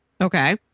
Okay